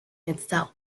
itself